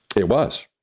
it was.